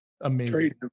Amazing